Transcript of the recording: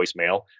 voicemail